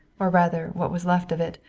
or rather what was left of it.